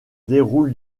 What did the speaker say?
déroule